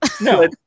No